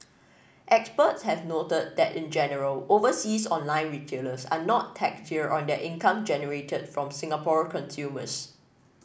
experts have noted that in general overseas online retailers are not taxed here on their income generated from Singapore consumers